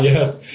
yes